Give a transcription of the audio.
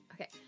Okay